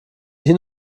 hin